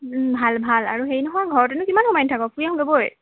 ভাল ভাল আৰু হেৰি নহয় ঘৰতেনো কিমান সোমাই থাক ফুৰি আহোগৈ বৈ